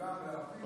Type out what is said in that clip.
החוק הזה.